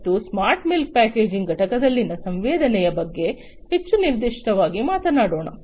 ಮತ್ತು smart milk packaging ಘಟಕದಲ್ಲಿನ ಸಂವೇದನೆಯ ಬಗ್ಗೆ ಹೆಚ್ಚು ನಿರ್ದಿಷ್ಟವಾಗಿ ಮಾತನಾಡೋಣ